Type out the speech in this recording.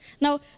Now